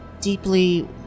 deeply